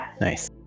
Nice